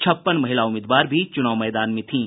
छप्पन महिला उम्मीदवार भी चूनाव मैदान में थीं